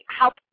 help